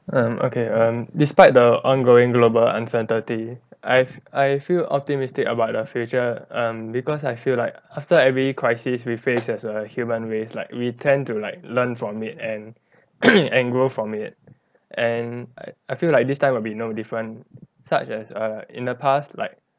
um okay um despite the ongoing global uncertainty I've I feel optimistic about the future um because I feel like after every crisis we face as a human race like we tend to like learn from it and and grow from it and I I feel like this time will be no different such as err in the past like